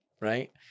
right